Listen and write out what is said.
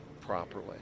properly